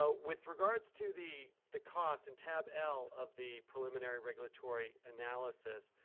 ah with regards to the the cost in tab l of the preliminary regulatory analysis,